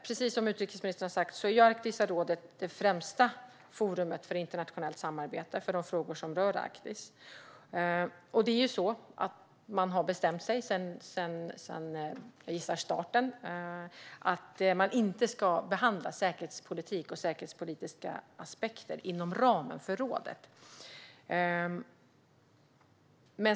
Precis som utrikesministern har sagt är Arktiska rådet det främsta forumet för internationellt samarbete i de frågor som rör Arktis. Man har sedan starten, gissar jag, bestämt sig för att man inte ska behandla säkerhetspolitik och säkerhetspolitiska aspekter inom ramen för rådet.